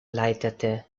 leitete